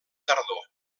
tardor